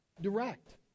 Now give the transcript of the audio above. direct